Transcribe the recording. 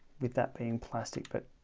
with that being plastic but